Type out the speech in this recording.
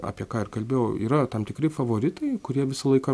apie ką ir kalbėjau yra tam tikri favoritai kurie visą laiką